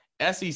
SEC